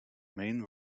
main